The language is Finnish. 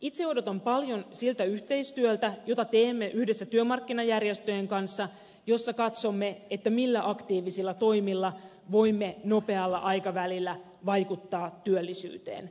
itse odotan paljon siltä yhteistyöltä jota teemme yhdessä työmarkkinajärjestöjen kanssa jossa katsomme millä aktiivisilla toimilla voimme nopealla aikavälillä vaikuttaa työllisyyteen